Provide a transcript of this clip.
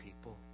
people